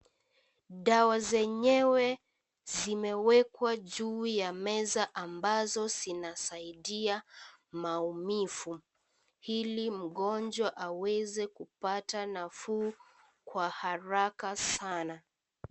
Dawa zenyewe zimewekwa juu ya meza ambazo zinasaidia maumivu ili mgonjwa aweze kupata nafuu kwa haraka sana.